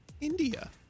India